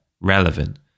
relevant